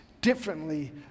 differently